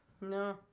no